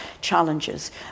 challenges